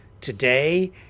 today